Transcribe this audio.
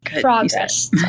progress